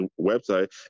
website